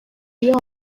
iyo